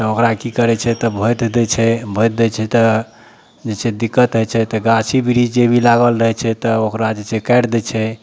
तऽ ओकरा की करै छै तऽ भोति दै छै भोति दै छै तऽ जे छै दिक्कत होइ छै तऽ गाछी बृक्ष जे भी लागल रहै छै तऽ ओकरा जे छै काटि दै छै